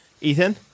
Ethan